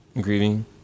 grieving